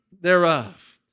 thereof